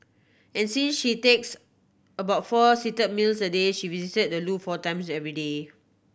and since she takes about four seat meals a day she visits the loo four times every day